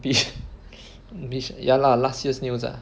bish~ bisha~ ya lah last year's news ah